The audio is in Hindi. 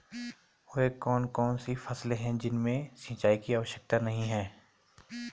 वह कौन कौन सी फसलें हैं जिनमें सिंचाई की आवश्यकता नहीं है?